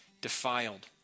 defiled